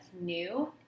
new